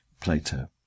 Plato